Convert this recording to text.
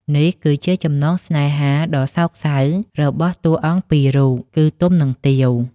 នេះគឺជាចំណងស្នេហាដ៏សោកសៅរបស់តួអង្គពីររូប គឺទុំ និងទាវ ។